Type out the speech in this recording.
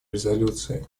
резолюции